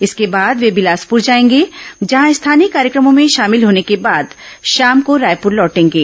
इसके बाद वे बिलासपुर जाएंगे जहां स्थानीय कार्यक्रमों में शामिल होने के बाद शाम को रायपुर लौटेंगे